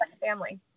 family